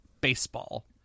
baseball